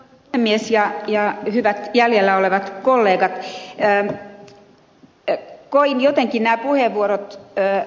mies jää ja hyvät jäljellä olevat kuin minä jään beck on jotenkin ä puheenvuoron e